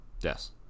Yes